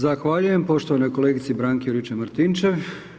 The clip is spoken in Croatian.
Zahvaljujem poštovanoj kolegici Branki Juričev-Martinčev.